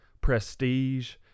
prestige